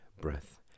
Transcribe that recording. breath